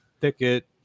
Thicket